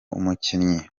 umukinnyi